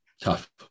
tough